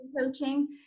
coaching